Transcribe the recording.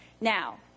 Now